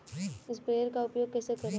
Sprayer का उपयोग कैसे करें?